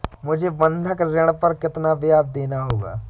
मुझे बंधक ऋण पर कितना ब्याज़ देना होगा?